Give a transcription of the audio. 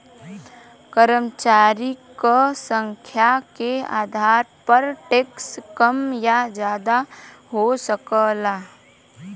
कर्मचारी क संख्या के आधार पर टैक्स कम या जादा हो सकला